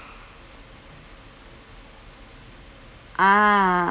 ah